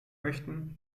möchten